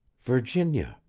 virginia!